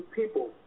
people